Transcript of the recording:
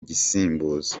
gusimbuza